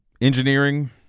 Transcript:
engineering